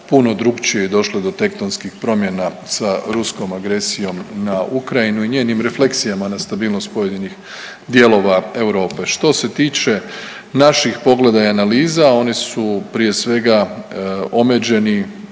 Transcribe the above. puno drukčije je došlo do tektonskih promjena sa ruskom agresijom na Ukrajinu i njenim refleksijama na stabilnost pojedinih dijelova Europe. Što se tiče naših pogleda i analiza one su prije svega omeđeni